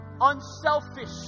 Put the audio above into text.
unselfish